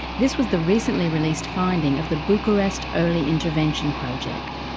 this was the recently released finding of the bucharest early intervention project.